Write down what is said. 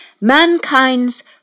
Mankind's